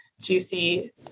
juicy